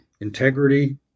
integrity